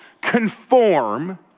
conform